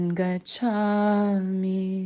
gachami